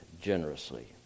Generously